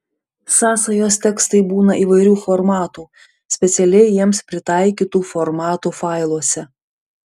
sąsajos tekstai būna įvairių formatų specialiai jiems pritaikytų formatų failuose